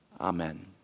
Amen